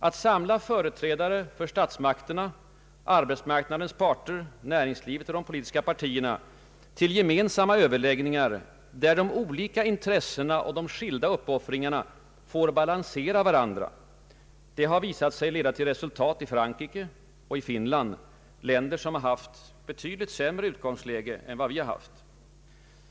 Att samla företrädare för statsmakterna, arbetsmarknadens parter, näringslivet och de politiska partierna till gemensamma överläggningar, där de olika intressena och de skilda uppoffringarna får balansera varandra, har visat sig leda till resultat i Frankrike och Finland, länder vilka båda har haft betydligt sämre utgångsläge än vi har haft.